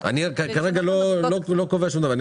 אני כרגע לא קובע שום דבר.